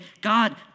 God